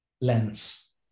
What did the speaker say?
lens